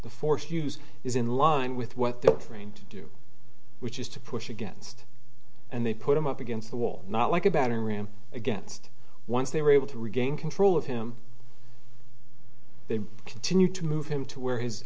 the force use is in line with what the trained to do which is to push against and they put him up against the wall not like a battering ram against once they were able to regain control of him they continued to move him to where his